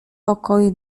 pokoju